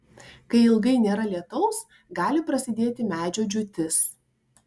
kai ilgai nėra lietaus gali prasidėti medžio džiūtis